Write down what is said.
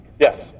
Yes